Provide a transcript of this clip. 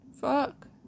Fuck